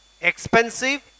expensive